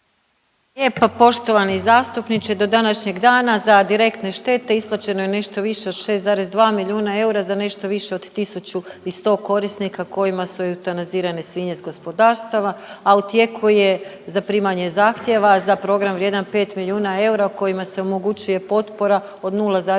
poštovani zastupniče, do današnjeg dana za direktne štete isplaćeno je nešto više od 6,2 milijuna eura za nešto više od 1100 korisnika kojima su eutanazirane svinje s gospodarstava, a u tijeku je zaprimanje zahtjeva za program vrijedan 5 milijuna eura o kojima se omogućuje potpora od 0,80 eura